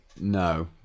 No